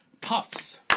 Puffs